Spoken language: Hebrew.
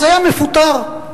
היה מפוטר.